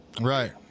Right